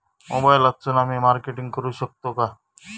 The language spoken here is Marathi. मोबाईलातसून आमी मार्केटिंग करूक शकतू काय?